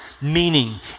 meaning